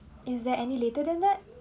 is that any later than that